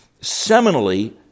seminally